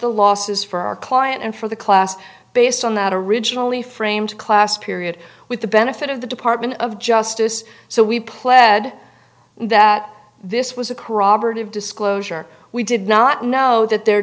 the losses for our client and for the class based on that originally framed class period with the benefit of the department of justice so we pled that this was a corroborative disclosure we did not know that the